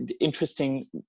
interesting